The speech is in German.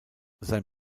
sein